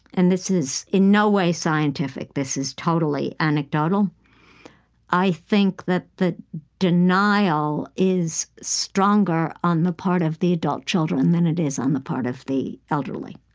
and this is in no way scientific, this is totally anecdotal i think that the denial is stronger on the part of the adult children than it is on the part of the elderly.